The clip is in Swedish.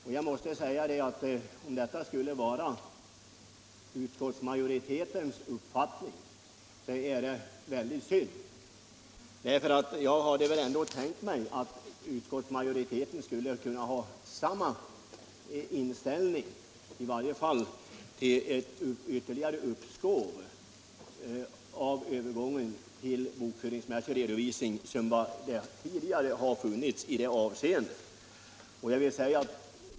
Om detta skulle vara utskottsmajoritetens uppfattning vore det väldigt synd, därför att jag hade ändå tänkt mig att utskottsmajoriteten skulle kunna ha samma inställning som tidigare i varje fall till ett ytterligare uppskov med övergången till bokföringsmässig redovisning.